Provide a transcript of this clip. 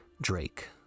drake